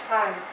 Time